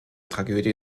tragödie